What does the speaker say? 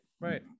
right